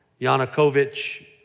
Yanukovych